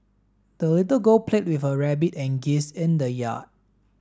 the little girl played with her rabbit and geese in the yard